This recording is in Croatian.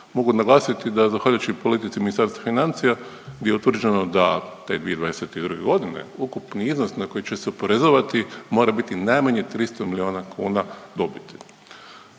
mogu naglasiti da zahvaljujući politici Ministarstva financija gdje je utvrđeno da te 2022.g. ukupni iznos na koji će se oporezovati mora biti najmanje 300 milijuna kuna dobiti,